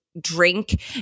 drink